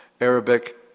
Arabic